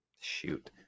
shoot